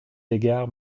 égard